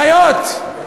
חיות.